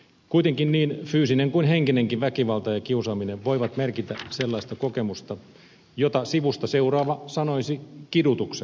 kuitenkin niin fyysinen kuin henkinenkin väkivalta ja kiusaaminen voivat merkitä sellaista kokemusta jota sivusta seuraava sanoisi kidutukseksi